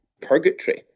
purgatory